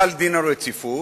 הוחל דין רציפות,